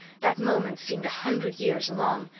that moment seemed a hundred years long,